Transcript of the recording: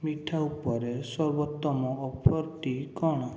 ମିଠା ଉପରେ ସର୍ବୋତ୍ତମ ଅଫର୍ଟି କ'ଣ